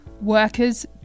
workers